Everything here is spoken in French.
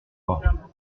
pas